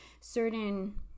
certain